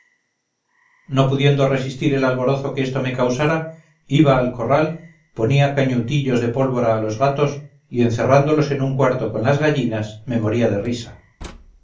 no pudiendo resistir el alborozo que esto me causara iba al corral ponía cañutillos de pólvora a los gatos y encerrándolos en un cuarto con las gallinas me moría de risa